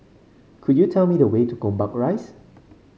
could you tell me the way to Gombak Rise